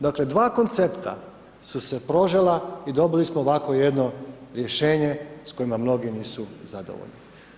Dakle, 2 koncepta su e prožela i dobili smo ovakvo jedno rješenje s kojima mnogi nisu zadovoljni.